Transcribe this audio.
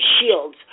shields